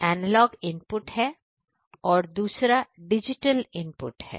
एक analog input है